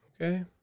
Okay